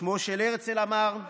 שמו של הרצל, אמר,